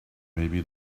maybe